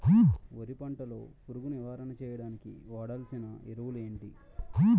వరి పంట లో పురుగు నివారణ చేయడానికి వాడాల్సిన ఎరువులు ఏంటి?